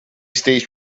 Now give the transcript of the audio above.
states